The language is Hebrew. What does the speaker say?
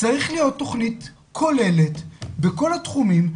צריכה להיות תוכנית כוללת בכל התחומים,